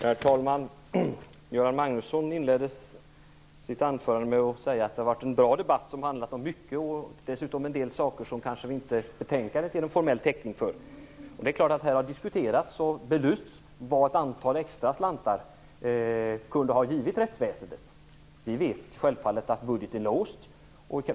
Herr talman! Göran Magnusson inledde sitt anförande med att säga att det har varit en bra debatt som har handlat om mycket. Den har dessutom handlat om en del saker som betänkandet kanske inte ger någon formell täckning för. Det är klart att man har diskuterat och belyst vad ett antal extra slantar kunde ha givit rättsväsendet. Vi vet självfallet att budgeten är låst.